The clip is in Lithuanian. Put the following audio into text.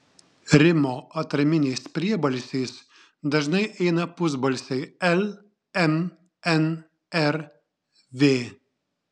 rimo atraminiais priebalsiais dažnai eina pusbalsiai l m n r v